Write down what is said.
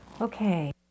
Okay